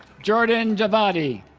jordan javadi